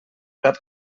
sap